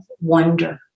wonder